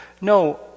No